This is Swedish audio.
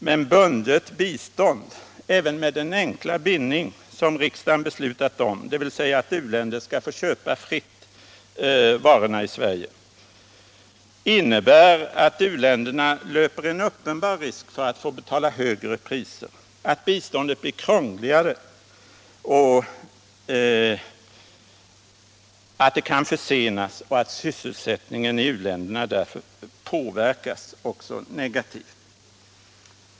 Men bundet bistånd — även med den enkla bindning som riksdagen beslutat om, dvs. med regeln att u-länderna fritt skall få köpa vilka varor de vill i Sverige —- innebär att u-länderna löper en uppenbar risk att få betala högre priser, att biståndet blir krångligare, att det kan försenas och att sysselsättningen i u-länderna påverkas negativt.